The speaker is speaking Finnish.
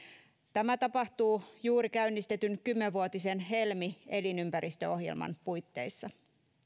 tämä tapahtuu juuri käynnistetyn kymmenvuotisen helmi elinympäristöohjelman puitteissa